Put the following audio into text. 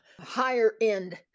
higher-end